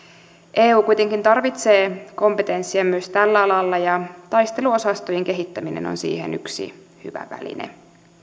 eu kuitenkin tarvitsee kompetenssia myös tällä alalla ja taisteluosastojen kehittäminen on siihen yksi hyvä väline